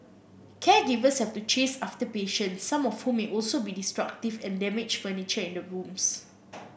caregivers have to chase after patients some of whom may also be destructive and damage furniture in the rooms